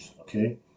Okay